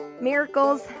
miracles